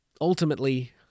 ultimately